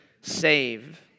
save